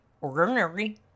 ordinary